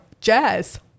Jazz